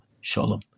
Shalom